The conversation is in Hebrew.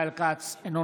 אינו נוכח רון כץ,